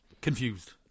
Confused